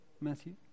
Matthew